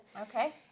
Okay